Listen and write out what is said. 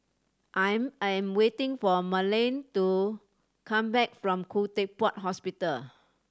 I am waiting for Marlyn to come back from Khoo Teck Puat Hospital